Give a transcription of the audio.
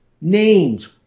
names